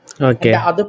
Okay